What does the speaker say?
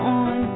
on